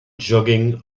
jogging